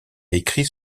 écrit